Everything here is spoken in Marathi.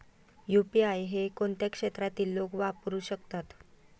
यु.पी.आय हे कोणत्या क्षेत्रातील लोक वापरू शकतात?